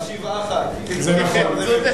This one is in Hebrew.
נכון.